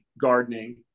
gardening